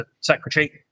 Secretary